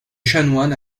chanoine